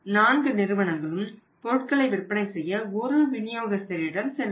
4 நிறுவனங்களும் பொருட்களை விற்பனை செய்ய ஒரு விநியோகஸ்தரிடம் செல்லும்